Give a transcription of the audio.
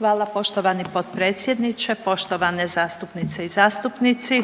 Hvala poštovani potpredsjedniče, poštovane zastupnice i zastupnici.